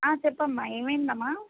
చెప్పమ్మా ఏమైందమ్మా